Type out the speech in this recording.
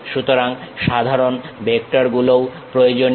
সুতরাং সাধারণ ভেক্টর গুলোও প্রয়োজনীয়